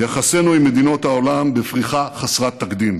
יחסינו עם מדינות העולם בפריחה חסרת תקדים.